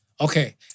Okay